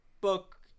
book